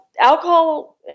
Alcohol